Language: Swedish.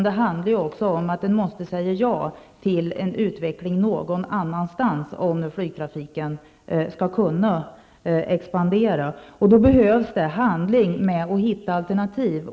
Det handlar också om att man måste säga ja till en utveckling någon annanstans, om flygtrafiken skall kunna expandera. Då behövs det handling för att hitta alternativ.